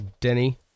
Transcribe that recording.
Denny